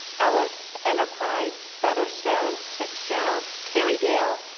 ellis, enterprise, featherstone, fitzgerald, kerrydale,